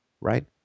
right